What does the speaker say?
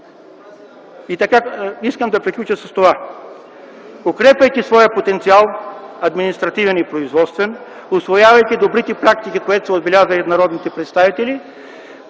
цифрата скача. Приключвам с това: укрепвайки своя потенциал – административен и производствен, усвоявайки добрите практики, което се отбеляза и от народните представители,